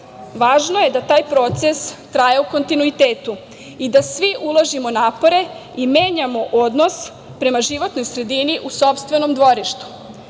Važno je da taj proces traje u kontinuitetu i da svi uložimo napore i menjamo odnos prema životnoj sredini u sopstvenom dvorištu